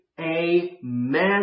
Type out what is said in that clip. Amen